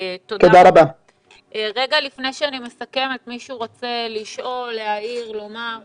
לפני שאני מסכמת, מישהו רוצה לשאול, להעיר, לומר?